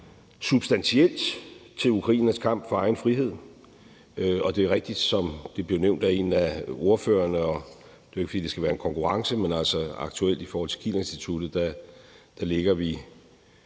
substantielt til ukrainernes kamp for egen frihed. Det er rigtigt, som det blev nævnt af en af ordførerne – og det er jo ikke, fordi det skal være en konkurrence, men altså, at vi aktuelt ifølge Kielerinstituttet ligger på